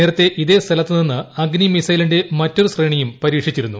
നേരത്തേ ഇതേ സ്ഥലത്ത് നിന്ന് അഗ്നി മിസൈലിന്റെ മറ്റൊരു ശ്രേണി പരീക്ഷിച്ചിരുന്നു